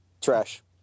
Trash